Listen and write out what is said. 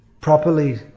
properly